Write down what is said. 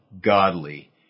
godly